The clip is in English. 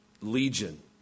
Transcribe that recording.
Legion